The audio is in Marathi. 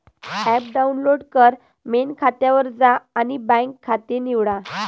ॲप डाउनलोड कर, मेन खात्यावर जा आणि बँक खाते निवडा